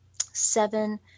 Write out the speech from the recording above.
seven